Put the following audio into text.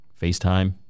FaceTime